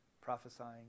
Prophesying